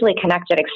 connected